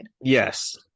yes